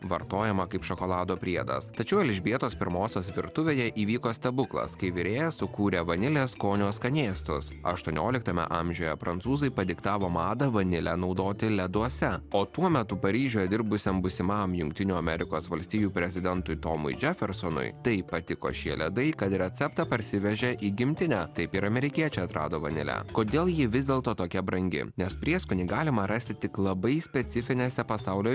vartojama kaip šokolado priedas tačiau elžbietos pirmosios virtuvėje įvyko stebuklas kai virėjas sukūrė vanilės skonio skanėstas aštuonioliktame amžiuje prancūzai padiktavo madą vanilę naudoti leduose o tuo metu paryžiuje dirbusiam būsimam jungtinių amerikos valstijų prezidentui tomui džefersonui taip patiko šie ledai kad receptą parsivežė į gimtinę taip ir amerikiečiai atrado vanile kodėl ji vis dėlto tokia brangi nes prieskonį galima rasti tik labai specifinėse pasaulio